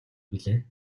билээ